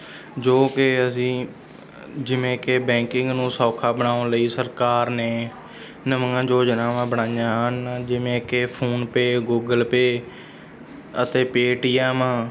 ਜੋ ਕਿ ਅਸੀਂ ਜਿਵੇਂ ਕਿ ਬੈਂਕਿੰਗ ਨੂੰ ਸੌਖਾ ਬਣਾਉਣ ਲਈ ਸਰਕਾਰ ਨੇ ਨਵੀਆਂ ਯੋਜਨਾਵਾਂ ਬਣਾਈਆਂ ਹਨ ਜਿਵੇਂ ਕਿ ਫੋਨਪੇਅ ਗੂਗਲ ਪੇਅ ਅਤੇ ਪੇਟੀਐਮ